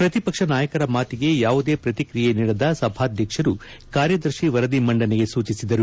ಪ್ರತಿಪಕ್ಷ ನಾಯಕರ ಮಾತಿಗೆ ಯಾವುದೇ ಪ್ರತಿಕ್ರಿಯೆ ನೀಡದ ಸಭಾಧ್ಯಕ್ಷರು ಕಾರ್ಯದರ್ಶಿ ವರದಿ ಮಂಡನೆಗೆ ಸೂಚಿಸಿದರು